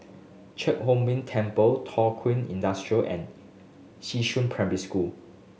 Chia Hung Temple Thow Kwang Industry and Xishan Primary School